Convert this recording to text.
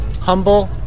humble